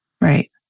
Right